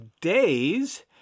days